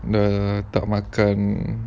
tak makan